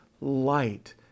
light